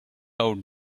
out